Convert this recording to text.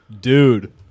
dude